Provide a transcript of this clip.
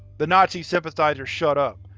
the nazi sympathizer shut up,